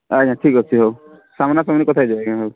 ଆଜ୍ଞା ଠିକ ଅଛି ହୋଉ ସାମ୍ନାସାମ୍ନିି କଥାହୋଇଯିବା ଆଜ୍ଞା ହଉ